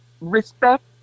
respect